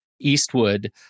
Eastwood